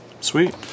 Sweet